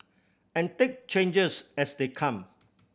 and take changes as they come